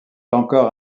encore